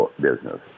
business